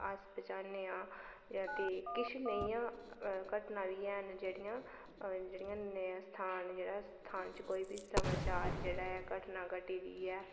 अस ते चाह्ने आं ते किश नेहियां घटना बी है'न जेह्ड़ियां जेह्ड़ियां स्थान जेह्ड़ा स्थान च कोई बी समाचार जेह्ड़ा ऐ घटना घटी दी ऐ ते